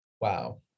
wow